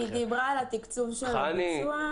היא דיברה על התקצוב של הביצוע.